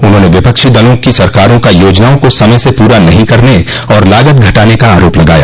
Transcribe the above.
उन्होंने विपक्षी दलों की सरकारों का योजनाओं को समय से पूरा नहीं करने और लागत घटाने का आरोप लगाया